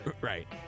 Right